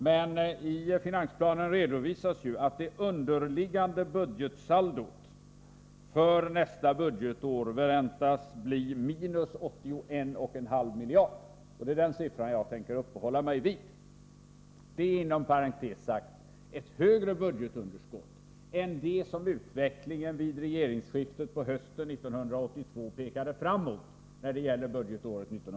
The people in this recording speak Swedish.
Men i finansplanen redovisas ju att det underliggande budgetsaldot för nästa budgetår väntas bli minus 81,5 miljarder, och det är den siffran jag tänker uppehålla mig vid. Det är inom parentes sagt ett högre budgetunderskott än det som utvecklingen vid regeringsskiftet på hösten 1982 pekade fram mot när det gällde budgetåret 1982/83.